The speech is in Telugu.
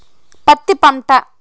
పత్తి పంట